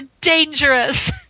dangerous